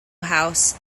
house